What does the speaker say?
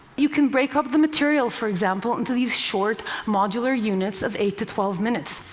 you can break up the material, for example, into these short, modular units of eight to twelve minutes,